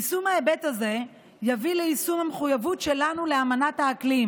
יישום ההיבט הזה יביא ליישום המחויבות שלנו לאמנת האקלים.